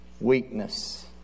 weakness